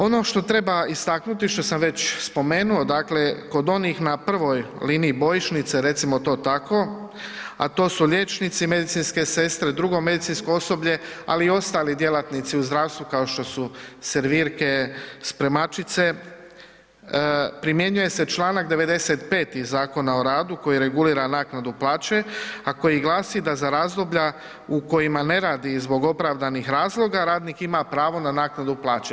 Ono što treba istaknuti, što sam već spomenuo, dakle kod onih na prvoj liniji bojišnice, recimo to tako, a to su liječnici, medicinske sestre, drugo medicinsko osoblje, ali i ostali djelatnici u zdravstvu kao što su servirke, spremačice, primjenjuje se čl. 95. iz Zakona o radu koji regulira naknadu plaće, a koji glasi da za razdoblja u kojima ne radi zbog opravdanih razloga, radnik ima pravo na naknadu plaće.